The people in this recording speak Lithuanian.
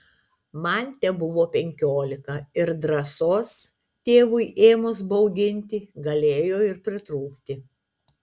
man tebuvo penkiolika ir drąsos tėvui ėmus bauginti galėjo ir pritrūkti